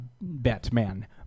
Batman